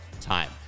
time